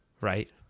right